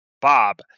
Bob